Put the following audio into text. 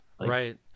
right